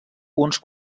uns